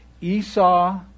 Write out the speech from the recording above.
Esau